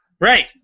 Right